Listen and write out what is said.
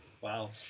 wow